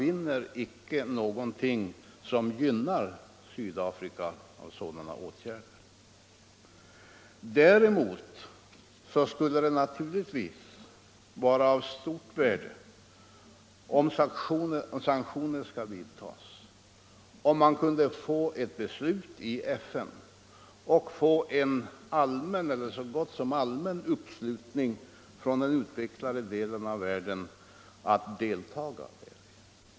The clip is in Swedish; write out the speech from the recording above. Ingenting finns att vinna med sådana åtgärder. Däremot skulle det naturligtvis vara av stort värde, om man kunde få ett beslut i FN och en allmän eller så gott som allmän uppslutning kring detta beslut från den utvecklade delen av världen.